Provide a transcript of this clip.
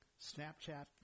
Snapchat